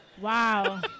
Wow